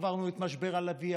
עברנו את משבר הלביא,